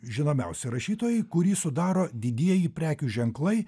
žinomiausi rašytojai kurį sudaro didieji prekių ženklai